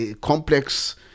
complex